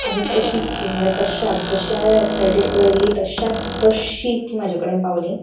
आनीक तशीच ती म्हणल्या तश्या जशी हांवें वेबसायटीर पळयल्ली तशाक तश्शी ती म्हजे कडेन पावली